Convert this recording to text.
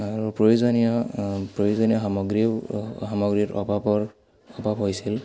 আৰু প্ৰয়োজনীয় প্ৰয়োজনীয় সামগ্ৰীও সামগ্ৰীৰ অভাৱৰ অভাৱ হৈছিল